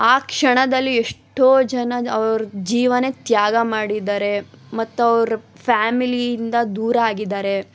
ಆ ಕ್ಷಣದಲ್ಲಿ ಎಷ್ಟೋ ಜನ ಅವ್ರ ಜೀವಾನೇ ತ್ಯಾಗ ಮಾಡಿದ್ದಾರೆ ಮತ್ತು ಅವ್ರ ಫ್ಯಾಮಿಲಿಯಿಂದ ದೂರ ಆಗಿದ್ದಾರೆ